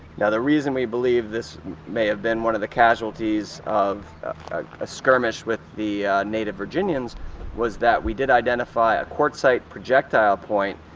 now, the reason we believe this may have been one of the casualties of a skirmish with the native virginians was that we did identify a quartzite projectile point,